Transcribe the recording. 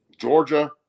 Georgia